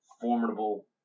formidable